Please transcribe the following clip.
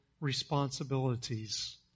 responsibilities